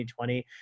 2020